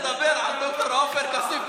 לא יכול לדבר על ד"ר עופר כסיף,